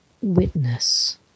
witness